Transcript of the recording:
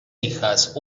hijas